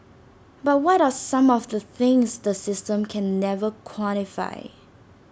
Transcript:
but what are some of the things the system can never quantify